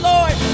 Lord